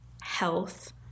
health